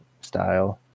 style